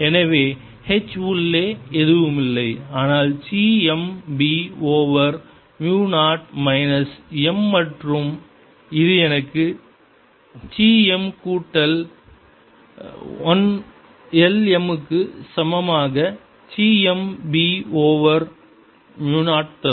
எனவே h உள்ளே எதுவுமில்லை ஆனால் சி mb ஓவர் மு 0 மைனஸ் m மற்றும் இது எனக்கு சி m கூட்டல் 1 m க்கு சமமாக சி mb ஓவர் மு 0 தரும்